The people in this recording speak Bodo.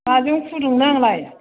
माजों फुदुंनो आंलाय